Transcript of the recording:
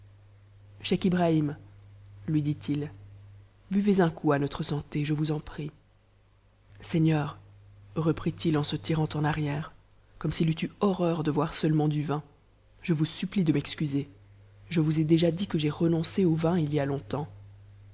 scheich ibrahim scheich m'ahm lui dit-il buvez un coup à notre santé je vous en prie mgneur reprit-il en se tirant en arrière comme s'il eût eu horreur de o'r seulement du vin je vous supplie de m'excuser je vous ai déjà dit e j at renoncé au vin il y a longtemps